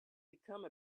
become